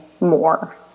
more